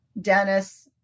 Dennis